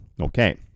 Okay